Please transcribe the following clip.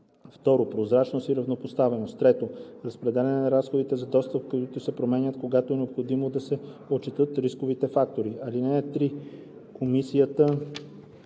2. прозрачност и равнопоставеност; 3. разпределяне на разходите за достъп, които се променят, когато е необходимо да се отчетат рисковите фактори. (3) Комисията,